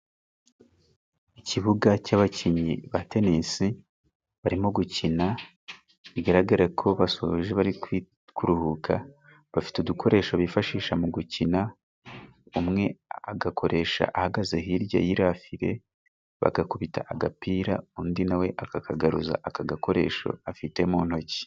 Ikibuga cy'abakinnyi ba tenisi barimo gukina. Bigaragara ko basoje bari kuruhuka. Bafite udukoresho bifashisha mu gukina, umwe agakoresha ahagaze hirya y'iriya fire, bagakubita agapira undi nawe akakagaruza aka gakoresho afite mu ntoki.